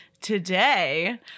Today